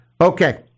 Okay